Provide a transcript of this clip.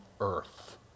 earth